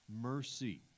mercy